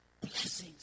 Blessings